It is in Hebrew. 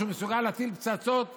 שהוא מסוגל להפעיל פצצות בסוריה,